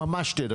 ממש שתי דקות.